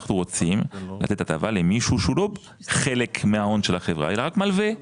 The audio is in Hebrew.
אנחנו רוצים לתת הטבה למישהו שהוא לא חלק מההון של החברה אלא רק מלווה.